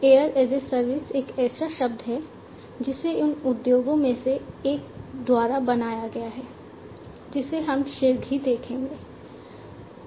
air as a service एक ऐसा शब्द है जिसे इन उद्योगों में से एक द्वारा बनाया गया था जिसे हम शीघ्र ही देखेंगे